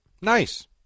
Nice